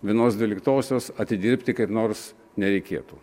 vienos dvyliktosios atidirbti kaip nors nereikėtų